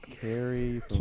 Carrie